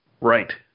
Right